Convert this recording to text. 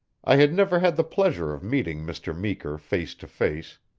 i had never had the pleasure of meeting mr. meeker face to face,